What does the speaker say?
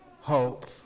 hope